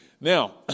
Now